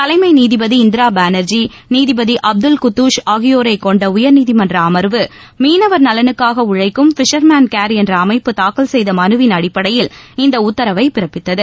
தலைமை நீதிபதி இந்திரா பானா்ஜி நீதிபதி அப்துல் குத்தாஷ் ஆகியோரை கொண்ட உயர்நீதிமன்ற அம்வு மீனவர் நலனுக்காக உழைக்கும் பிஷர்மென் கேர் என்ற அமைப்பு தாக்கல் செய்த மனுவின் அடிப்படையில் இந்த உத்தரவை பிறப்பித்தது